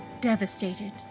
devastated